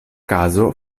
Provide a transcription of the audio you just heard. kazo